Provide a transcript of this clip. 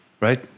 Right